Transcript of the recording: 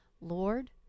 Lord